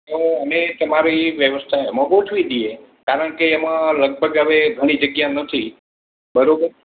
તો અમે તમારી વ્યવસ્થા એમાં ગોઠવી દઈએ કારણ કે એમાં લગભગ હવે ઘણી જગ્યા નથી બરાબર